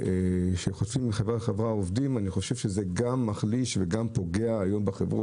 שחוטפים מחברה לחברה עובדים זה גם מחליש וגם פוגע בחברה.